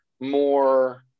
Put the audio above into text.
more